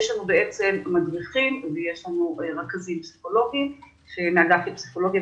יש לנו מדריכים ויש לנו רכזים פסיכולוגיים מהאגף לפסיכולוגיה,